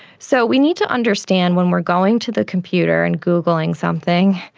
so we need to understand when we are going to the computer and googling something,